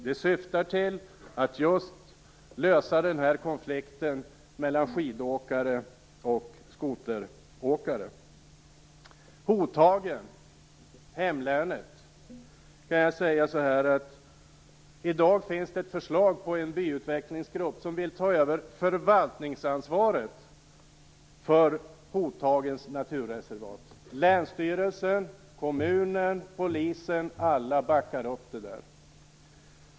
Det syftar just till att lösa konflikten mellan skidåkare och skoteråkare. Hotagen ligger i hemlänet. I dag finns det ett förslag om en byutvecklingsgrupp som skall ta över förvaltningsansvaret för Hotagens naturreservat. Länsstyrelsen, kommunen och polisen - alla backar upp det.